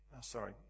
sorry